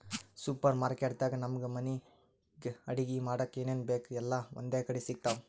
super market ದಾಗ್ ನಮ್ಗ್ ಮನಿಗ್ ಅಡಗಿ ಮಾಡಕ್ಕ್ ಏನೇನ್ ಬೇಕ್ ಎಲ್ಲಾ ಒಂದೇ ಕಡಿ ಸಿಗ್ತಾವ್